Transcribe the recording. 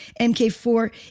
MK4